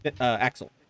Axel